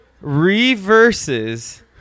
reverses